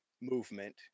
movement